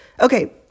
Okay